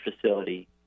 facility